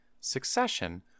Succession